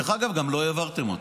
דרך אגב, גם לא העברתם אותו.